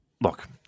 look